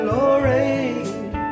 Lorraine